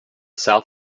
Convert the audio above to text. south